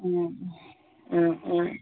ഉം ഉം ഉം ഉം